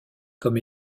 comme